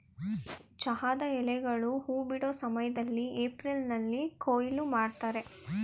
ಚಹಾದ ಎಲೆಗಳು ಹೂ ಬಿಡೋ ಸಮಯ್ದಲ್ಲಿ ಏಪ್ರಿಲ್ನಲ್ಲಿ ಕೊಯ್ಲು ಮಾಡ್ತರೆ